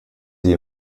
sie